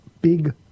big